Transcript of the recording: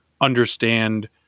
understand